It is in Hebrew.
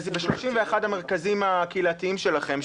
ב-31 המרכזים הקהילתיים שלכם,